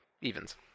evens